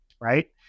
right